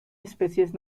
especies